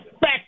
back